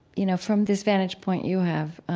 you know, from this vantage point you have,